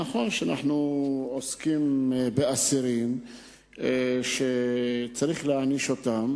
נכון שאנחנו עוסקים באסירים שצריך להעניש אותם,